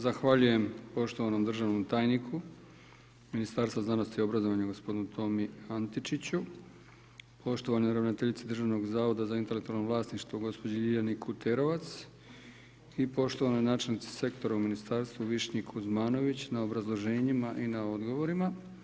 Zahvaljujem poštovanom državnom tajniku Ministarstva znanosti i obrazovanja gospodinu Tomi Antičiću, poštovanoj ravnateljici Državnog zavoda za intelektualno vlasništvo gospođi Ljiljani Kuterovac i poštovanoj načelnici Sektora u Ministarstvu Višnji Kuzmanović na obrazloženjima i na odgovorima.